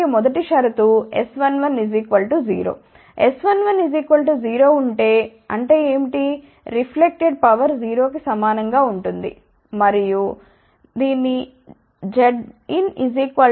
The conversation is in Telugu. S11 0 ఉంటే ఏంటి అంటే రిఫ్లెక్టెడ్ పవర్ 0 కి సమానం గా ఉంటుంది మరియు దీనినే ZinZ0 అని సూచిస్తుంది